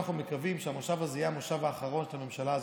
אנחנו מקווים שהמושב הזה יהיה המושב האחרון של הממשלה הזאת,